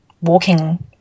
walking